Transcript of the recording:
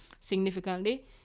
Significantly